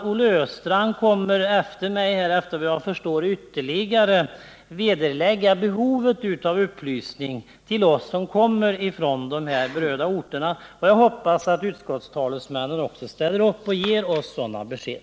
Olle Östrand kommer enligt vad jag förstår att efter mig ytterligare bekräfta behovet av upplysning till oss som kommer från de här berörda orterna, och jag hoppas att också utskottstalesmännen ställer upp och ger oss sådana besked.